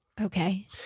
okay